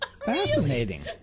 fascinating